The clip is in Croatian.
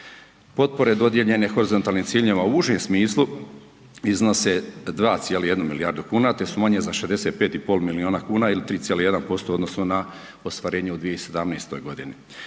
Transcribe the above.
Potpore dodijeljene horizontalnim ciljevima u užem smislu iznose 2,1 milijardu kuna te su manje za 65,5 milijuna kuna ili 3,1% u odnosu na ostvarenje u 2017. godini.